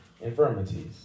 infirmities